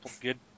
good